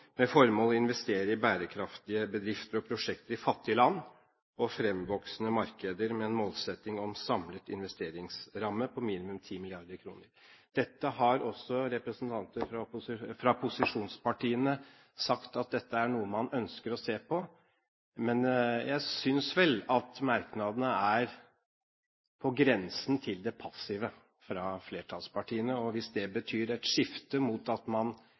med formål å investere i bærekraftige bedrifter og prosjekter i fattige land og fremvoksende markeder med en målsetting om samlet investeringsramme på minimum 10 mrd. kr. Også representanter fra posisjonspartiene har sagt at dette er noe man ønsker å se på, men jeg synes vel at merknadene er på grensen til det passive fra flertallspartiene. Hvis det betyr et skifte mot at man